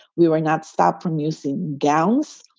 we were not stopped from using gowns.